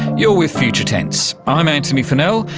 you're with future tense, i'm antony funnell.